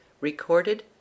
Recorded